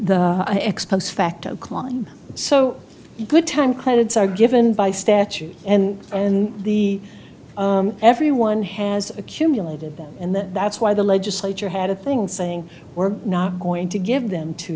the ex post facto klein so good time credits are given by statute and and the everyone has accumulated them and that's why the legislature had a thing saying we're not going to give them to